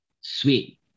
Sweet